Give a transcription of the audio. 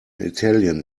italian